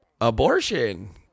Abortion